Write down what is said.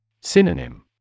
Synonym